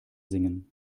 singen